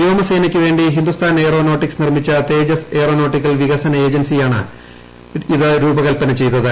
വ്യോമസേനയ്ക്കു വേണ്ടി ഹിന്ദുസ്ഥാൻ എയ്റോനോട്ടിക്സ് നിർമ്മിച്ചു തേജസ് എയ്റോനോട്ടിക്കൽ വികസന ഏജൻസിയാണ് രൂപകൽപന ചെയ്തത്